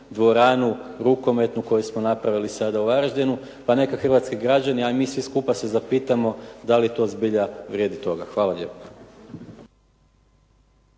dvoranu rukometnu koju smo napravili sada u Varaždinu pa neka hrvatski građani, a i mi svi skupa se zapitamo da li to zbilja vrijedi toga. Hvala lijepa.